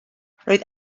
roedd